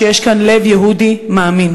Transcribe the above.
שיש כאן לב יהודי מאמין.